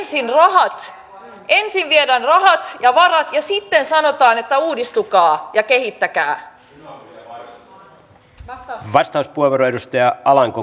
ensin viedään rahat ja varat ja sitten sanotaan että uudistukaa ja kehittäkää